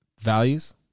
Values